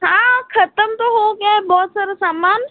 हाँ ख़त्म तो हो गया है बहुत सारा सामान